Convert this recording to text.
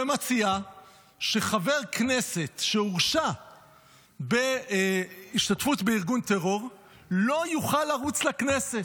שמציעה שחבר כנסת שהורשע בהשתתפות בארגון טרור לא יוכל לרוץ לכנסת.